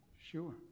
sure